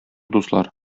дуслар